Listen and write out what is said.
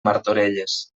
martorelles